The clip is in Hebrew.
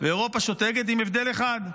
ואירופה שותקת, עם הבדל אחד: